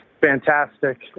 fantastic